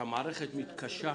שהמערכת מתקשה.